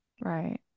Right